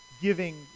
giving